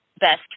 best